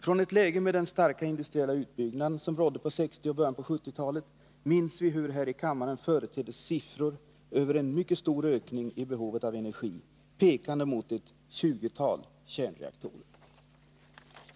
Från ett läge med den starka industriella utbyggnad som rådde på 1960-talet och i början av 1970-talet minns vi hur det här i kammaren företeddes siffror över en mycket stor ökning av behovet av energi, pekande mot ett 20-tal kärnreaktorer.